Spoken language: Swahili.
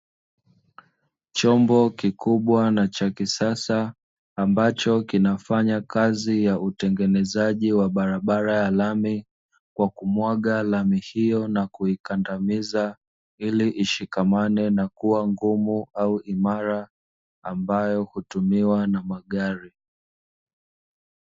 Chombo kikubwa na cha kisasa ambacho kinafanya kazi ya utengenezaji wa barabara ya lami, kwa kumwaga lami hiyo na kuikandamiza ili ishikamane na kuwa ngumu au imara ambayo hutumiwa na magari.